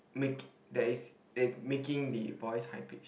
make that is that is making the voice high pitch